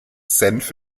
senf